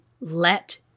let